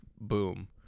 boom